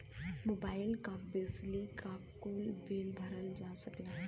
mobile क, बिजली क, कुल बिल भरल जा सकला